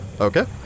Okay